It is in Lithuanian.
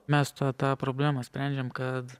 mes to tą problemą sprendžiam kad